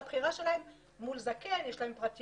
שהבחירה שלהן היא מול זקן כי יש להן פרטיות,